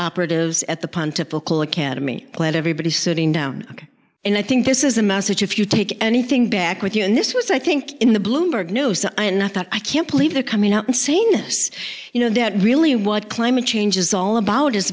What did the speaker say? operatives at the pontifical academy let everybody sitting down and i think this is a message if you take anything back with you and this was i think in the bloomberg news i and i thought i can't believe they're coming out and saying this you know that really what climate change is all about i